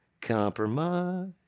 compromise